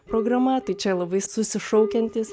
programa tai čia labai susišaukiantys